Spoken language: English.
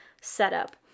setup